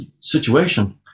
situation